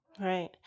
Right